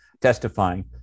testifying